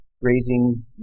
raising